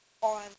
on